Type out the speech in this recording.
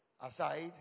aside